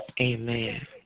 Amen